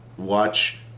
watch